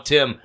Tim